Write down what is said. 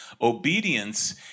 Obedience